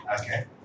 Okay